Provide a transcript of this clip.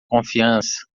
confiança